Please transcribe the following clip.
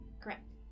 Correct